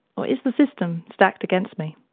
or is the system stacked against me?